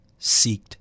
seeked